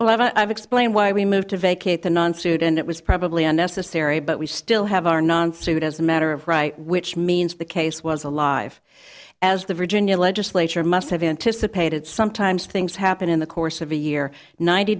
eleven i've explained why we moved to vacate the non suit and it was probably unnecessary but we still have our nonfood as a matter of right which means the case was alive as the virginia legislature must have anticipated sometimes things happen in the course of a year ninety